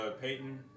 Payton